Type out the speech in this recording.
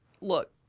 look